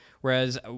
Whereas